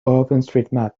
openstreetmap